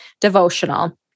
devotional